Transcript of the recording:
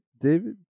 david